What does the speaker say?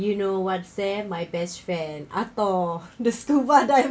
you know what sam my best friend atoh the scuba dive